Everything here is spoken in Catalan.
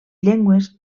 llengües